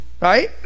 right